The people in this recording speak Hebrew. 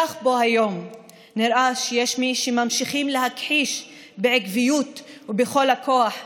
כך פה היום נראה שיש מי שממשיכים להכחיש בעקביות ובכל הכוח אפליות,